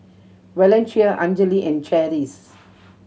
Valencia Anjali and Cherise